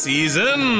Season